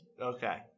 Okay